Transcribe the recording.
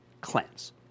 Cleanse